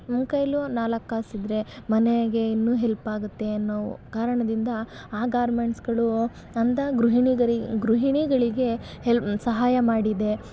ನಮ್ಮ ಕೈಯಲ್ಲೂ ನಾಲ್ಕು ಕಾಸು ಇದ್ದರೆ ಮನೆಗೆ ಇನ್ನೂ ಹೆಲ್ಪಾಗುತ್ತೆ ಅನ್ನೋ ಕಾರಣದಿಂದ ಆ ಗಾರ್ಮೆಂಟ್ಸುಗಳು ನೊಂದ ಗೃಹಿಣಿಯರು ಗೃಹಿಣಿಗಳಿಗೆ ಹೆಲ್ ಸಹಾಯ ಮಾಡಿದೆ